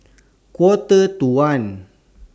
Quarter to one